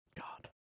God